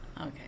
Okay